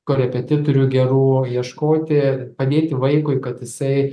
korepetitorių gerų ieškoti padėti vaikui kad jisai